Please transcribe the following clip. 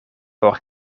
por